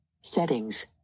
Settings